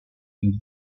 and